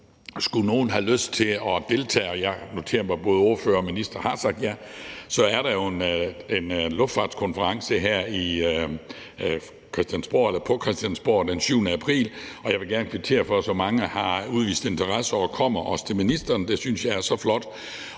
skulle nogen have lyst til at deltage – og jeg noterer mig, at både ordførere og ministeren har sagt ja – er der jo en luftfartskonference her på Christiansborg den 7. april, og jeg vil gerne kvittere for, at så mange, også ministeren, har udvist interesse for den og også kommer. Det synes jeg er så flot.